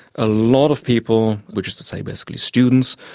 a lot of people, which is to say basically students,